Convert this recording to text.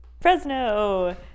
Fresno